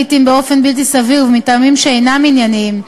לעתים באופן בלתי סביר ומטעמים שאינם ענייניים,